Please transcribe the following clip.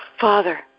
Father